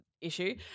issue